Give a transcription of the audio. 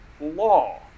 law